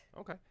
Okay